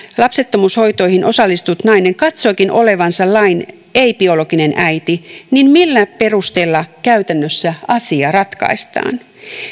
lapsettomuushoitoihin osallistunut nainen katsookin olevansa lain tarkoittama ei biologinen äiti niin millä perusteella käytännössä asia ratkaistaan